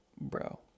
bro